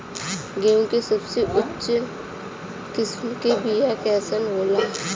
गेहूँ के सबसे उच्च किस्म के बीया कैसन होला?